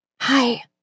Hi